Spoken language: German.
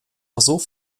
einfach